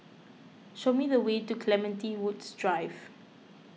show me the way to Clementi Woods Drive